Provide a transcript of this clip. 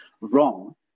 wrong